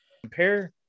Compare